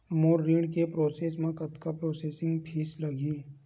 मोर ऋण के प्रोसेस म कतका प्रोसेसिंग फीस लगही?